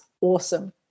awesome